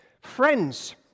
Friends